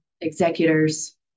executors